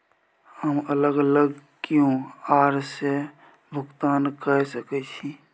हम अलग अलग क्यू.आर से भुगतान कय सके छि?